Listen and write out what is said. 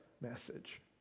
message